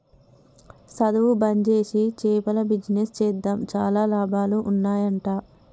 సధువు బంజేసి చేపల బిజినెస్ చేద్దాం చాలా లాభాలు ఉన్నాయ్ అంట